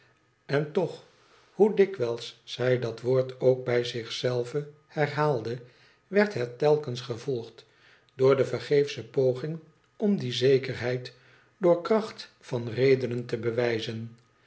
en toch boe dikwijls zij dat woord ook bij zich zelve herbaalde werd het telkens gevolgd door de vergeefsche porine om die zekerheid door kracht van redenen te bewijzen